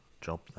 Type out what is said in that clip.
job